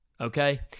Okay